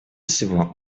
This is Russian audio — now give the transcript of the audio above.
всего